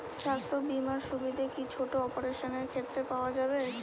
স্বাস্থ্য বীমার সুবিধে কি ছোট অপারেশনের ক্ষেত্রে পাওয়া যাবে?